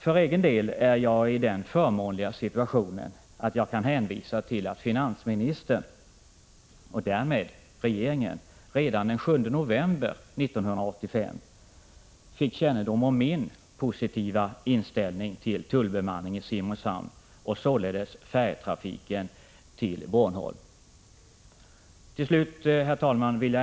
För egen del är jag i den förmånliga situationen att jag kan hänvisa till att finansministern och därmed regeringen redan den 7 november 1985 fick kännedom om min positiva inställning till en tullbemanning i Simrishamn och således till färjetrafiken till Bornholm.